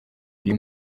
uyu